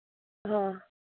हाँ